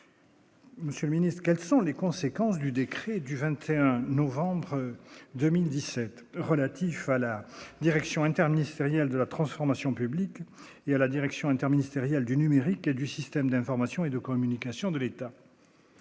Monsieur le Ministre, quelles sont les conséquences du décret du 21 novembre 2017 relatifs à la Direction interministérielle de la transformation publique et à la Direction interministérielle du numérique et du système d'information et de communication de l'État.